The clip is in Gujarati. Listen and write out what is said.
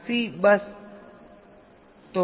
તો વૈકલ્પિક ડિઝાઇનમાં આપણે શું કરીએ